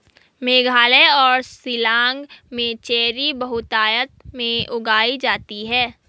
मेघालय और शिलांग में चेरी बहुतायत में उगाई जाती है